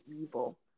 evil